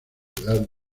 ciudad